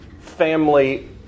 family